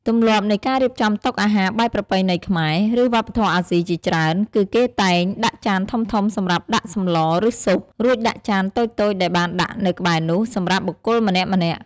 ទម្លាប់នៃការរៀបចំតុអាហារបែបប្រពៃណីខ្មែរ ឬវប្បធម៌អាស៊ីជាច្រើន គឺគេតែង ដាក់ចានធំៗសម្រាប់ដាក់សម្ល ឬស៊ុប រួចដាក់ចានតូចៗដែលបានដាក់នៅក្បែរនោះ សម្រាប់បុគ្គលម្នាក់ៗ។